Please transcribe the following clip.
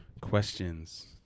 questions